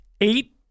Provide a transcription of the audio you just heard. eight